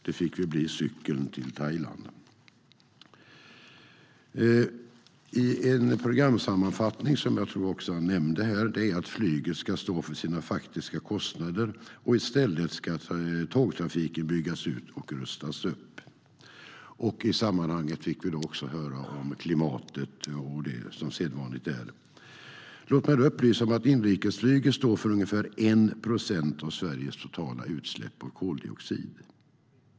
Det fick väl bli cykeln till Thailand.Låt mig upplysa om att inrikesflyget står för ungefär 1 procent av Sveriges totala utsläpp av koldioxid.